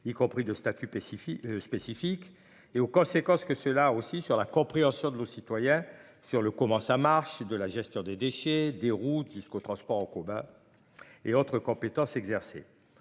y compris de statut pacifie spécifique et aux conséquences que cela aussi sur la compréhension de l'eau citoyen sur le comment ça marche. De la gestion des déchets, des routes jusqu'aux transports en commun. Et autres compétences exercées.